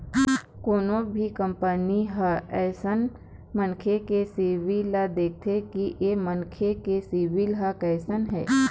कोनो भी कंपनी ह अइसन मनखे के सिविल ल देखथे कि ऐ मनखे के सिविल ह कइसन हे